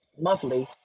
monthly